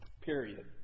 period